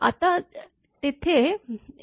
आता तिथे आहे